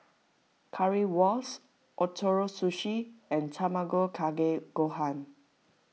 Currywurst Ootoro Sushi and Tamago Kake Gohan